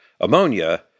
ammonia